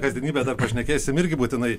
kasdienybę pašnekėsim irgi būtinai